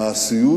מעשיות